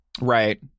Right